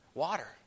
water